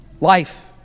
Life